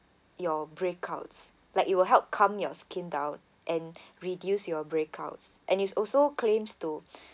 your breakouts like it will help calm your skin down and reduce your breakouts and is also claims to